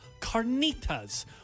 carnitas